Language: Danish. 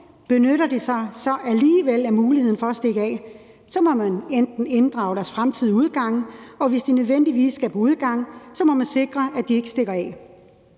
benytter de sig alligevel af muligheden for at stikke af, må man inddrage deres fremtidige udgange. Og hvis de nødvendigvis skal på udgang, må man sikre, at de ikke stikker af.